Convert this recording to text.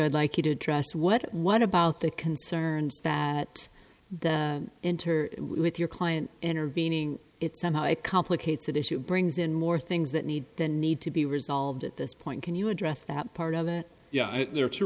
i'd like you to address what what about the concerns that the enter with your client intervening it's somehow a complicated issue brings in more things that need the need to be resolved at this point can you address that part of the yeah there are two